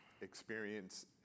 experience